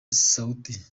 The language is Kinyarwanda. sauti